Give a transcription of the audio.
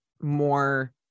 more